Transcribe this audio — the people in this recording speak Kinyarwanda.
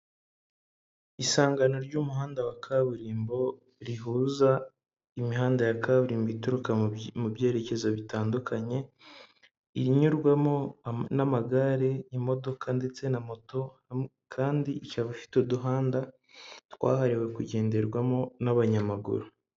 Isangano ry'umuhanda wa kaburimbo rihuza imihanda ya kaburimbo ituruka mu byerekezo bitandukanye, iyi nyurwamo n'amagare, imodoka ndetse na moto kandi ikaba ifite uduhanda twahariwe kugenderwamo n'abanyamaguru.